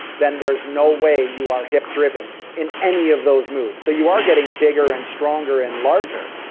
then there's no way you are hip-driven in any of those moves. so you are getting bigger and stronger and larger,